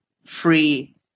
free